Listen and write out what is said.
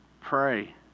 Pray